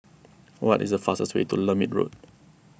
what is the fastest way to Lermit Road